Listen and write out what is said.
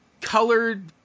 colored